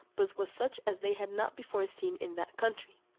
but was such as they had not before seen in that country.